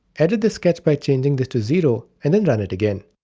edit the sketch by changing this to zero and then run it again.